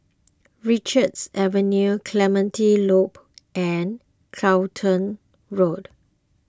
Richards Avenue Clementi Loop and Clacton Road